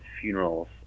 funerals